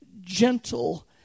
gentle